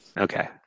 Okay